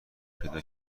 پیدا